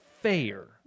fair